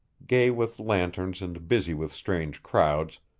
gay with lanterns and busy with strange crowds,